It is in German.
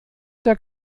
der